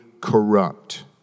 corrupt